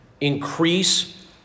Increase